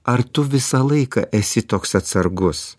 ar tu visą laiką esi toks atsargus